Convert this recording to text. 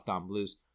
Blues